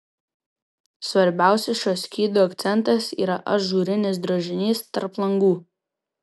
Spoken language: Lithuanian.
svarbiausias šio skydo akcentas yra ažūrinis drožinys tarp langų